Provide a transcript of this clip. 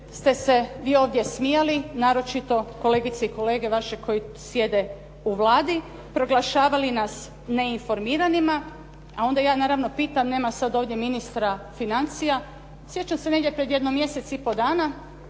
ste se vi ovdje smijali, naročito kolegice i kolege vaši koji sjede u Vladi, proglašavali nas neinformiranima, a onda ja naravno pitam, nema sad ovdje ministra financija. Sjećam se negdje pred jedno mjesec i pol dana,